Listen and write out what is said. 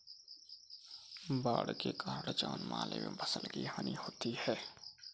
बाढ़ के कारण जानमाल एवं फसल की हानि होती है